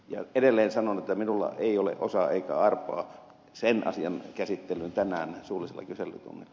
ja edelleen sanon että minulla ei ole osaa eikä arpaa sen asian käsittelyyn tänään suullisella kyselytunnilla